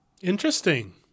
Interesting